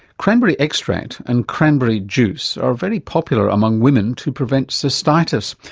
cranberry extract and cranberry juice are very popular among women to prevent cystitis.